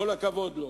כל הכבוד לו.